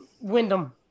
Wyndham